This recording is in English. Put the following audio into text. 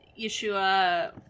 Yeshua